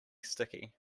sticky